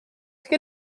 sich